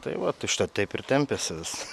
tai va užtat taip ir tempiasi vis